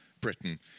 Britain